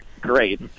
Great